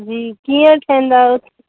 जी कीअं ठाहींदा आहियो